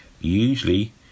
Usually